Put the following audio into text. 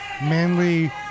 Manly